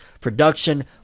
production